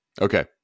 Okay